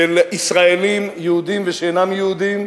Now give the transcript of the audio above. של ישראלים, יהודים ושאינם יהודים,